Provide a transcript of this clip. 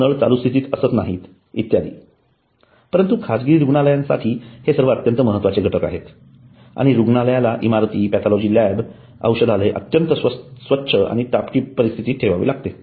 नळ चालू स्थितीत असत नाहीत इत्यादी परंतु खाजगी रुग्णालयांसाठी हे सर्व अत्यंत महत्वाचे घटक आहेत आणि रुग्णालयाला इमारती पॅथॉलॉजी लॅब औषधालय अत्यंत स्वछ आणि टापटीप परिस्थिती ठेवावे लागते